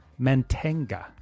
Mantenga